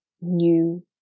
new